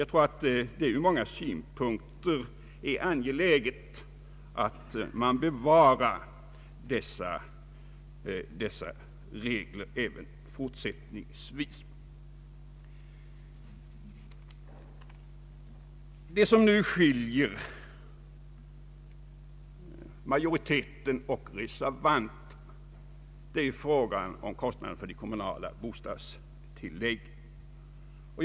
Jag tror att det ur många synpunkter är angeläget att man bevarar dessa regler även i fortsättningen. Vad som nu skiljer majoriteten och reservanterna är frågan om kostnaderna för de kommunala bostadstilläggen.